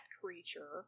creature